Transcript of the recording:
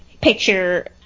picture